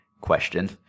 question